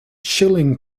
shilling